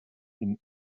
this